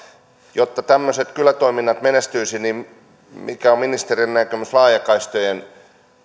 jotta tämmöiset kylätoiminnat menestyisivät niin mikä on ministerin näkemys laajakaistojen